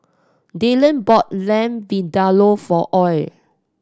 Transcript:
Dylan bought Lamb Vindaloo for Ole